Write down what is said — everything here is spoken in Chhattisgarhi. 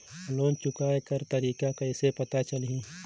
लोन चुकाय कर तारीक कइसे पता चलही?